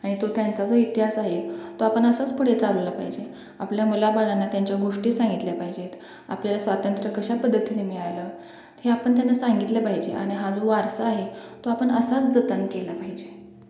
आणि तो त्यांचा जो इतिहास आहे तो आपण असाच पुढे चालवला पाहिजे आपल्या मुलाबाळांना त्यांच्या गोष्टी सांगितल्या पाहिजेत आपल्याला स्वातंत्र्य कशा पद्धतीने मिळालं हे आपण त्यांना सांगितलं पाहिजे आणि हा जो वारसा आहे तो आपण असाच जतन केला पाहिजे